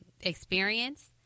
experience